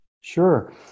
Sure